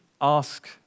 ask